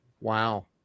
Wow